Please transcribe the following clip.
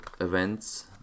events